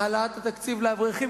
העלאת התקציב לאברכים.